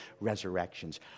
resurrections